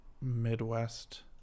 Midwest